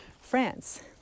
France